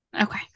okay